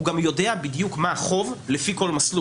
זה ההבדל המהותי בין הדברים.